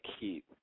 keep